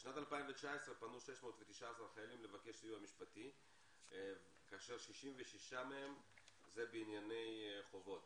בשנת 2019 פנו 619 חיילים לבקש סיוע משפטי כאשר 66 מהם בענייני חובות.